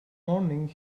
morning